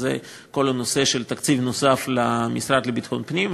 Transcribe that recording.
וזה כל הנושא של תקציב נוסף למשרד לביטחון הפנים,